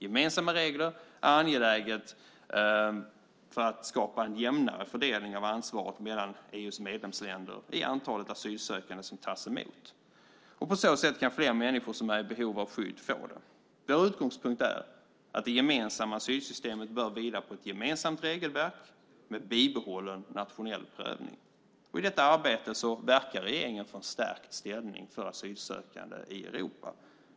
Gemensamma regler är angeläget för att skapa en jämnare fördelning av ansvaret mellan EU:s medlemsländer i antalet asylsökande som tas emot. På så sätt kan fler människor som är i behov av skydd få det. Vår utgångspunkt är att det gemensamma asylsystemet bör vila på ett gemensamt regelverk med bibehållen nationell prövning. I detta arbete verkar regeringen för en stärkt ställning för asylsökande i Europa.